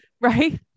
right